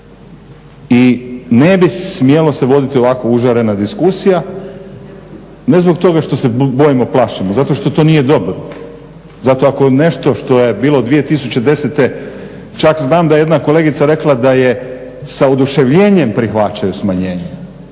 I ne bi smjelo se voditi ovako užarena diskusija ne zbog toga što se bojimo, plašimo zato što to nije dobro. Zato ako nešto što je bilo 2010. čak znam da je jedna kolegica rekla da sa oduševljenjem prihvaćaju smanjenje,